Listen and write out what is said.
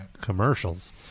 commercials